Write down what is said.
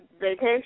vacation